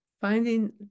Finding